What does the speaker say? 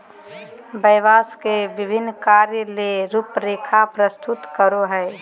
व्यवसाय के विभिन्न कार्य ले रूपरेखा प्रस्तुत करो हइ